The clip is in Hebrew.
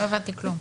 לא הבנתי כלום.